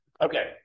Okay